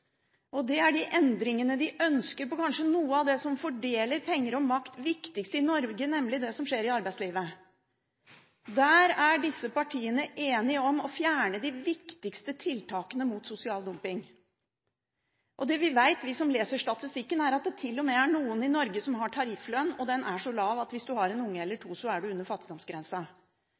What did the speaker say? og det gjelder de endringene de ønsker på kanskje noe av det som er viktigst i Norge med hensyn til fordeling av penger og makt, nemlig det som skjer i arbeidslivet. Der er disse partiene enige om å fjerne de viktigste tiltakene mot sosial dumping. Det vi vet, vi som leser statistikken, er at det til og med er noen i Norge som har tarifflønn som er så lav at hvis du har en unge eller to, er du under fattigdomsgrensa.